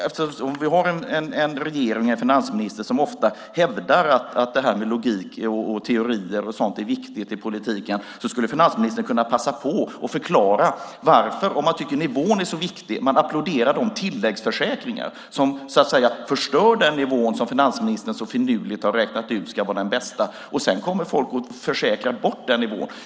Eftersom vi har en regering och en finansminister som ofta hävdar att det här med logik och teorier är viktigt i politiken skulle finansministern, om han tycker att nivån är så viktig, kunna passa på att förklara varför man applåderar de tilläggsförsäkringar som förstör den nivå som finansministern så finurligt har räknat ut ska vara den bästa. Folk försäkrar bort den nivån.